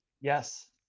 Yes